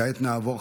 כעת נעבור,